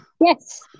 Yes